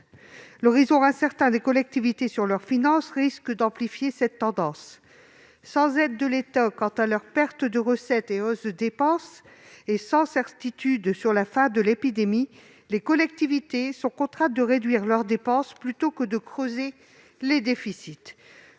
L'horizon incertain des collectivités sur leurs finances risque d'amplifier cette tendance. Sans aides de l'État venant compenser leurs pertes de recettes et hausses de dépenses ni certitudes sur la fin de l'épidémie, les collectivités sont contraintes de réduire leurs dépenses plutôt que de creuser les déficits.